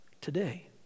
today